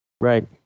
Right